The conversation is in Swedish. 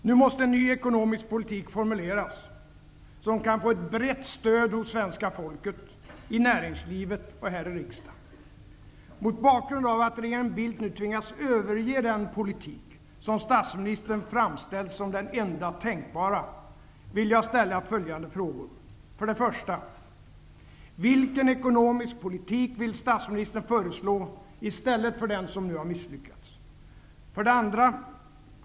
Nu måste en ny ekonomisk politik formuleras, som kan få ett brett stöd hos svenska folket, i näringslivet och här i riksdagen. Mot bakgrund av att regeringen Bildt nu tvingas överge den politik som statsministern framställt som den enda tänkbara, vill jag ställa följande frågor: 1. Vilken ekonomisk politik vill statsministern föreslå i stället för den som nu har misslyckats? 2.